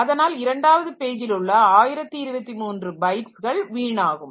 அதனால் இரண்டாவது பேஜில் உள்ள 1023 பைட்ஸ்கள் வீணாகும்